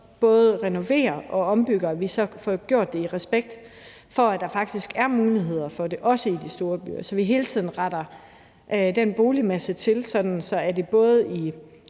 både renoverer og ombygger, får gjort det i respekt for, at der faktisk er muligheder for det her, også i de store byer – så vi hele tiden retter den boligmasse til, både sådan